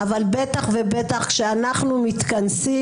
אבל בטח ובטח כשאנחנו מתכנסים.